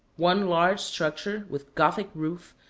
one large structure, with gothic roof,